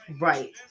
right